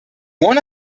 one